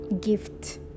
gift